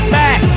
back